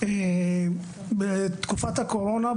בתקופת הקורונה,